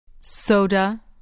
Soda